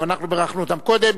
גם אנחנו בירכנו אותם קודם.